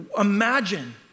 imagine